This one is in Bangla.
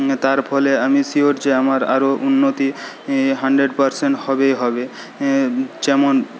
না তার ফলে আমি শিয়োর যে আমার আরও উন্নতি হানড্রেড পারসেন্ট হবেই হবে যেমন